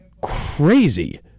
crazy